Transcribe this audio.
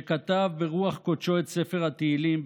שכתב ברוח קודשו את ספר תהילים,